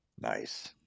Nice